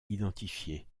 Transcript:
identifiées